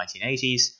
1980s